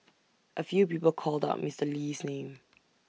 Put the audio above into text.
A few people called out Mister Lee's name